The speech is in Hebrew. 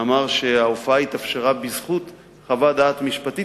אמר שההופעה התאפשרה בזכות חוות דעת משפטית,